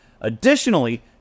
Additionally